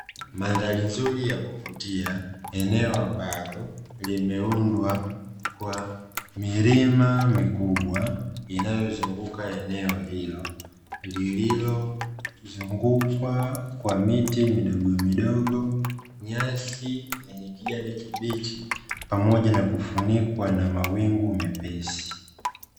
Mandhari nzuri ya kuvutia eneo ambalo limeundwa kwa milima mikubwa inayozunguka eneo hilo lililozungukwa kwa miti midogomidogo, nyasi zenye kijani kibichi pamoja na kufunikwa na mawingu mepesi.